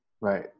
right